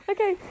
Okay